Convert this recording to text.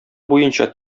буенча